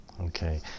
Okay